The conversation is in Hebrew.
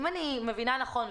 אם אני מבינה נכון,